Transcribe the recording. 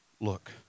look